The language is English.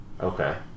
Okay